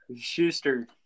Schuster